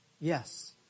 Yes